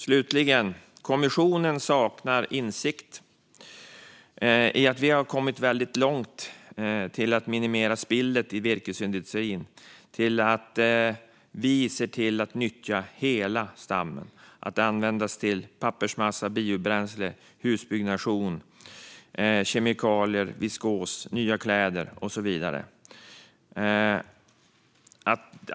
Slutligen: Kommissionen saknar insikt i att vi har kommit väldigt långt när det gäller att minimera spillet i virkesindustrin. Vi ser till att nyttja hela stammen och använder den till pappersmassa, biobränsle, husbyggnation, kemikalier, viskos, nya kläder och så vidare.